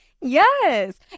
Yes